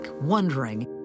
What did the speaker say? wondering